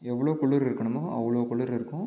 எவ்வளோ குளிர் இருக்கணுமோ அவ்வளோ குளிர் இருக்கும்